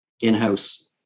in-house